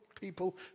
people